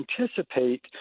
anticipate